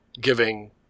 giving